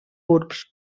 urbs